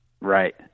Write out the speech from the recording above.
Right